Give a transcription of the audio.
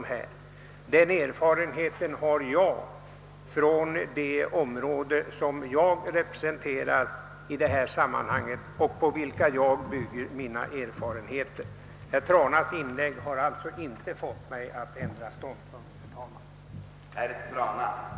Den erfarenheten har jag, från de områden som jag i detta sammanhang representerar, och det är den jag bygger min uppfattning på. Herr Tranas inlägg har inte fått mig att ändra ståndpunkt.